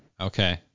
Okay